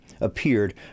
appeared